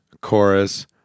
chorus